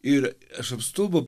ir aš apstulbau